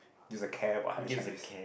gives a care about higher Chinese